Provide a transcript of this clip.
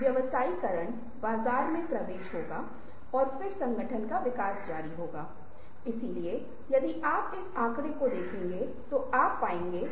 जब डर चिंता तनाव जैसी नकारात्मक चीजें इसके साथ जुड़ी होती हैं तो क्या होता है कि हमारी सोचने की प्रक्रिया अवरुद्ध हो जाती है